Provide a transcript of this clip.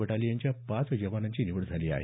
बटालियनच्या पाच जवानांची निवड झाली आहे